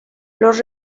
los